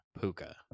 Puka